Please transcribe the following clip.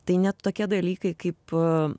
tai net tokie dalykai kaip po